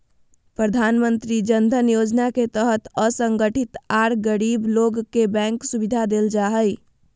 प्रधानमंत्री जन धन योजना के तहत असंगठित आर गरीब लोग के बैंक सुविधा देल जा हई